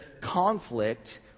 conflict